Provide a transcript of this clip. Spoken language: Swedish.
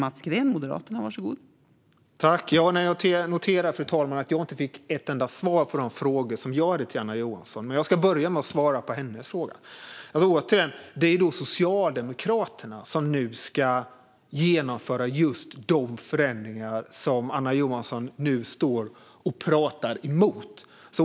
Fru talman! Jag noterar att jag inte fick ett enda svar på mina frågor till Anna Johansson. Men jag ska bemöta det hon sa. Återigen: Det är Socialdemokraterna som ska genomföra just de förändringar som Anna Johansson nu säger sig vara emot.